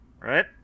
Right